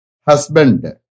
husband